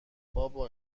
بابا